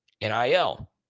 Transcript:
NIL